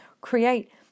create